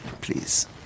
please